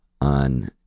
on